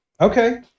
Okay